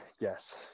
yes